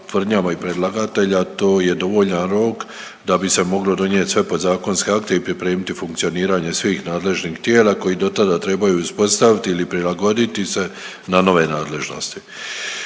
tvrdnjama i predlagatelja, to je dovoljan rok da bi se moglo donijeti sve podzakonske akte i pripremiti funkcioniranje svih nadležnih tijela koji do tada trebaju uspostaviti ili prilagoditi se na nove nadležnosti.